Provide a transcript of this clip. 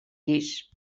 llis